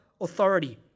authority